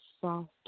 soft